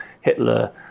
Hitler